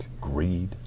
greed